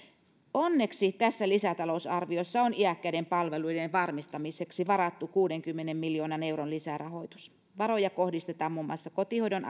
onneksi tässä lisätalousarviossa on iäkkäiden palveluiden varmistamiseksi varattu kuudenkymmenen miljoonan euron lisärahoitus varoja kohdistetaan muun muassa kotihoidon